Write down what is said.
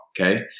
okay